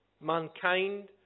Mankind